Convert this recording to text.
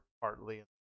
partly